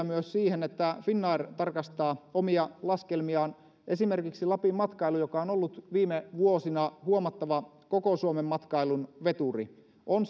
myös siihen että finnair tarkastaa omia laskelmiaan esimerkiksi lapin matkailu joka on ollut viime vuosina huomattava koko suomen matkailun veturi on